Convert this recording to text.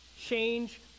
change